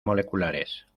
moleculares